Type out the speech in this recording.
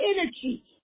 energy